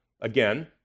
Again